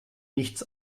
nichts